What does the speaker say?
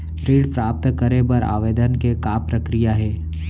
ऋण प्राप्त करे बर आवेदन के का प्रक्रिया हे?